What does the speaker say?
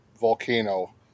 Volcano